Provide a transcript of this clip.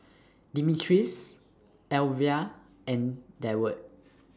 Demetrius Alyvia and Deward